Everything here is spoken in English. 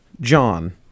John